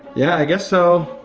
yeah, i guess so.